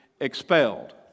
expelled